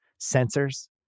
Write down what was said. sensors